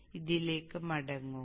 അതിനാൽ ഇതിലേക്ക് മടങ്ങുക